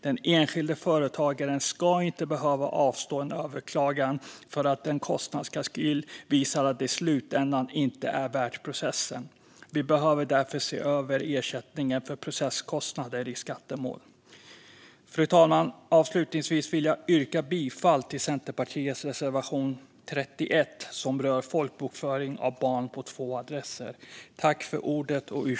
Den enskilda företagaren ska inte behöva avstå en överklagan för att en kostnadskalkyl visar att det i slutändan inte är värt processen. Vi behöver därför se över ersättningen för processkostnader i skattemål. Fru talman! Avslutningsvis vill jag yrka bifall till Centerpartiets reservation 31 som rör folkbokföring av barn på två adresser.